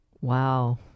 Wow